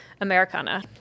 Americana